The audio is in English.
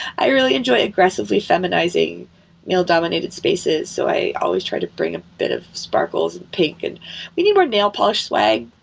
i really enjoy aggressively feminizing male dominated spaces, so i always tried to bring a bit of sparkles and pink. and we need more nail polish swag,